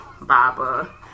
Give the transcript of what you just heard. Baba